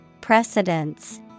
Precedence